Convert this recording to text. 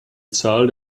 zahl